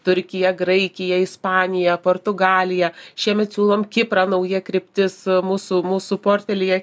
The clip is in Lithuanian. turkiją graikiją ispaniją portugaliją šiemet siūlom kiprą nauja kryptis mūsų mūsų portfelyje